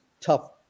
tough